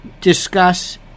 Discuss